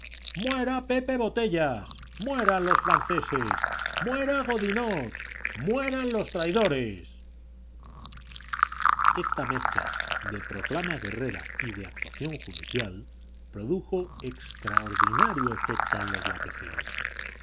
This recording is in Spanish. muera pepe botellas mueran los franceses muera godinot mueran los traidores esta mezcla de proclama guerrera y de actuación judicial produjo extraordinario efecto en los